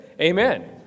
Amen